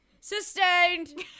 Sustained